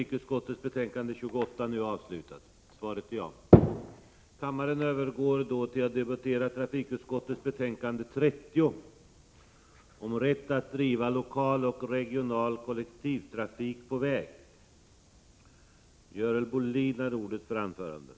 Kammaren övergår nu till att debattera utbildningsutskottets betänkande 35 om lokalkostnader och investeringar m.m. I fråga om detta betänkande hålls gemensam överläggning för samtliga punkter.